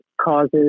causes